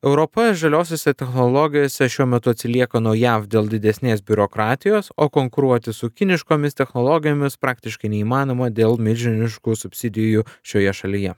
europa žaliosiose technologijose šiuo metu atsilieka nuo jav dėl didesnės biurokratijos o konkuruoti su kiniškomis technologijomis praktiškai neįmanoma dėl milžiniškų subsidijų šioje šalyje